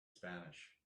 spanish